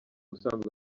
usanzwe